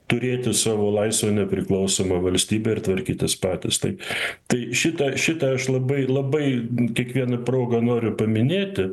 turėti savo laisvą nepriklausomą valstybę ir tvarkytis patys tai tai šitą šitą aš labai labai kiekviena proga noriu paminėti